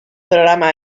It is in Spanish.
programa